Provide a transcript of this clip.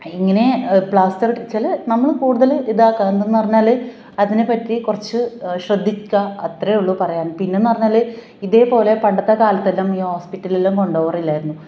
ഇങ്ങനെ പ്ലാസ്റ്ററിട്ട് ചില നമ്മൾ കൂടുതൽ ഇതാക്കുക എന്തെന്ന് പറഞ്ഞാൽ അതിനെപ്പറ്റി കുറച്ച് ശ്രദ്ധിക്കുക അത്രയേ ഉള്ളു പറയാൻ പിന്നെയെന്ന് പറഞ്ഞാൽ ഇതേപോലെ പണ്ടത്തെ കാലത്തെല്ലാം ഈ ഹോസ്പിറ്റലിലെല്ലാം കൊണ്ട് പോകാറില്ലായിരുന്നു